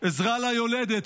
עזרה ליולדת,